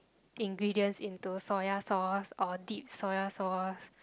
ingredients into soya sauce or dip soya sauce